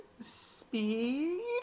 speed